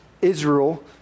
Israel